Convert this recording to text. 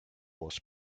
was